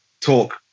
talk